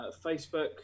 Facebook